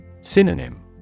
Synonym